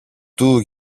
του